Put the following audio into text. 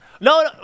no